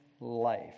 life